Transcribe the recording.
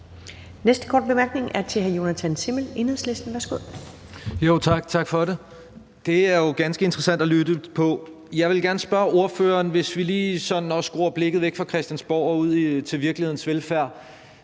næste korte bemærkning er til hr. Jonathan Simmel, Enhedslisten. Værsgo. Kl. 11:05 Jonathan Simmel (EL): Det er jo ganske interessant at lytte til. Jeg vil gerne spørge ordføreren om noget, hvor vi også lige sådan skruer blikket væk fra Christiansborg og ud til virkelighedens velfærd.